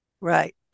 Right